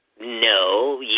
no